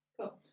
Cool